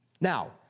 Now